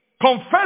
confess